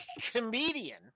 comedian